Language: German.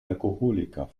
alkoholiker